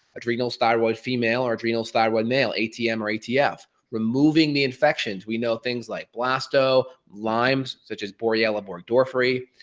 adrenals-thyroid-female, or adrenals-thyroid-male, atm or atf. removing the infections. we know things like blasto, lymes such as borrelia burgdorferi,